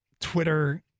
Twitter